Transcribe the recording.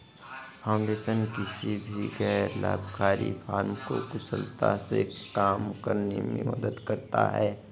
foundation किसी भी गैर लाभकारी फर्म को कुशलता से काम करने में मदद करता हैं